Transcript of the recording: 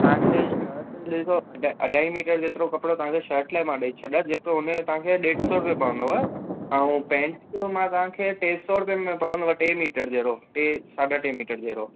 त तव्हांखे शर्ट ॾिसो अढाई अढाई मीटर जेतिरो कपिड़ो तव्हांजो मां शर्ट लाइ ॾई छॾां जेको हुन जो तव्हांखे ॾेढु सौ रुपिया पवंदव ऐं पईंट जो मां तव्हांखे टे सौ रुपए में पवंदव टे मीटर जहिड़ो टे साढा टे मीटर जहिड़ो